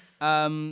Yes